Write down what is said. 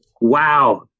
Wow